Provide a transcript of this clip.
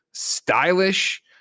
stylish